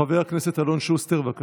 חבר הכנסת אלון שוסטר, בבקשה.